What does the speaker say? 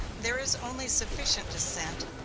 there is only sufficient descent,